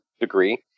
degree